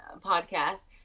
podcast